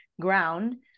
ground